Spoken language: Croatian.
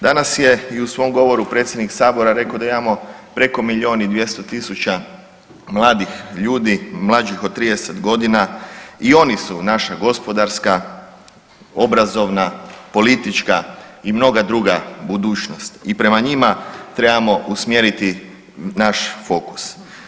Danas je i u svom govoru predsjednik Sabora rekao da imamo preko milijun i 200 tisuća mladih ljudi, mlađih od 30 godina i oni su naša gospodarska, obrazovna, politička i mnoga druga budućnost i prema njima trebamo usmjeriti naš fokus.